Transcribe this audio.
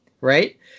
Right